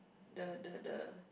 the the the